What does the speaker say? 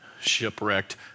shipwrecked